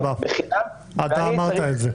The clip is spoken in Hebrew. גם בגלל חוסר האפקטיביות והפגיעה הנרחבת שיש לזה